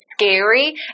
scary